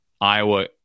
Iowa